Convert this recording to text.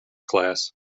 class